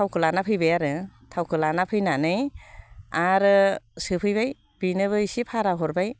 थावखौ लानानै फैबाय आरो थावखो लाना फैनानै आरो सोफैबाय बेनोबो इसे भारा हरबाय